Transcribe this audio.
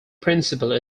principle